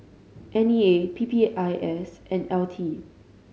N E A P P I S and L T